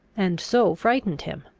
and so frightened him,